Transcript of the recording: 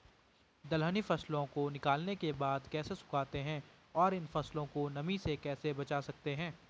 दलहनी फसलों को निकालने के बाद कैसे सुखाते हैं और इन फसलों को नमी से कैसे बचा सकते हैं?